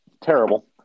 Terrible